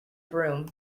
broom